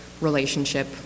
relationship